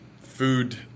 food